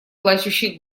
плачущий